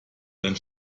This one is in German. ihren